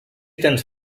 tens